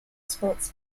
sports